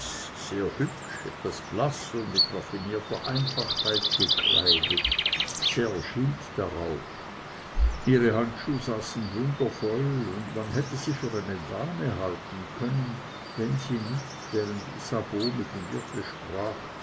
sehr hübsch etwas blaß und mit raffinierter einfachheit gekleidet serge hielt darauf ihre handschuh saßen wundervoll und man hätte sie für eine dame halten können wenn sie nicht während isabeau mit dem wirte